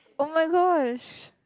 oh-my-gosh